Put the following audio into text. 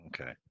Okay